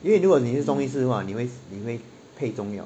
因为如果你是中医师的话你会配中药